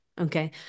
Okay